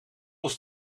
ons